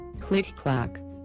Click-clack